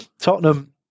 Tottenham